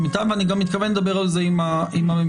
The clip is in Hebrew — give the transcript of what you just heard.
אני גם מתכוון לדבר על זה עם הממשלה.